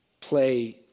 play